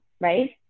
right